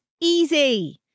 easy